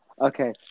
okay